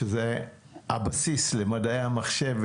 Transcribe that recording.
שזה הבסיס למדעי המחשב,